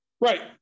Right